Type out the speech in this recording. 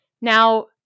Now